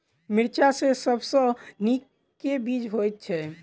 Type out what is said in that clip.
मिर्चा मे सबसँ नीक केँ बीज होइत छै?